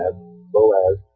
Boaz